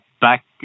back